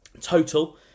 total